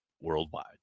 worldwide